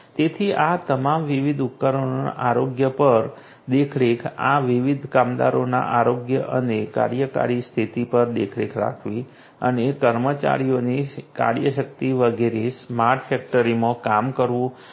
તેથી આ તમામ વિવિધ ઉપકરણોના આરોગ્ય પર દેખરેખ આ વિવિધ કામદારોના આરોગ્ય અને કાર્યકારી સ્થિતિ પર દેખરેખ રાખવી અને કર્મચારીઓની કાર્યશક્તિ વગેરે સ્માર્ટ ફેક્ટરીમાં કામ કરવું આ તમામ બાબતો કરવામાં આવશે